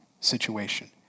situation